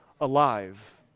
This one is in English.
alive